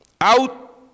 Out